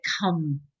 come